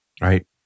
right